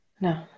No